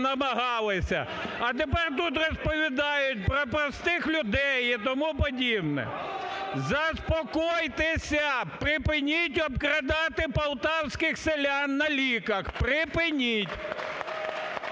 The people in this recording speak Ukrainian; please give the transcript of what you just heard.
А тепер тут розповідають про простих людей і тому подібне. Заспокойтеся! Припиніть обкрадати полтавських селян на ліках, припиніть!